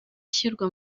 ishyirwa